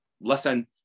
listen